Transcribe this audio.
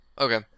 Okay